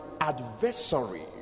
adversary